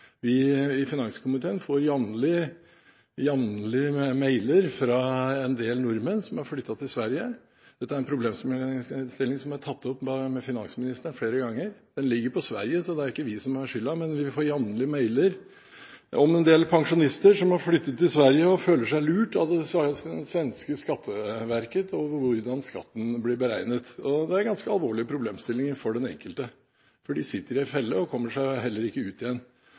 Vi i finanskomiteen får jevnlig mailer fra en del nordmenn som har flyttet til Sverige. Dette er en problemstilling som er tatt opp med finansministeren flere ganger, og den ligger på Sverige, så det er ikke vi som har skylden, men vi får jevnlig mailer om en del pensjonister som har flyttet til Sverige og føler seg lurt av det svenske skatteverket når det gjelder hvordan skatten blir beregnet. Det er en ganske alvorlig problemstilling for den enkelte, for de sitter i en felle og kommer seg ikke ut igjen